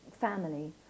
family